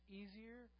easier